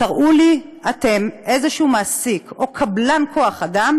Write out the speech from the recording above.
תראו לי אתם איזשהו מעסיק או קבלן כוח אדם